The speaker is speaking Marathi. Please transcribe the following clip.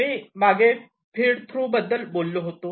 मी मागे फीड थ्रु बद्दल बोललो होतो